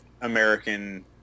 American